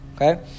Okay